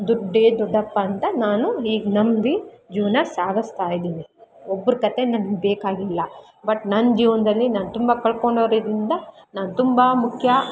ದುಡ್ಡೇ ದೊಡ್ಡಪ್ಪ ಅಂತ ನಾನು ಈಗ ನಂಬಿ ಜೀವನ ಸಾಗಿಸ್ತಾಯಿದ್ದೀನಿ ಒಬ್ರು ಕಥೆ ನನ್ಗೆ ಬೇಕಾಗಿಲ್ಲ ಬಟ್ ನನ್ನ ಜೀವನದಲ್ಲಿ ನಾನು ತುಂಬ ಕಳ್ಕೊಂಡಿರೋದರಿಂದ ನಾನು ತುಂಬ ಮುಖ್ಯ